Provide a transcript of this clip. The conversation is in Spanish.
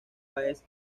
páez